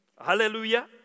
Hallelujah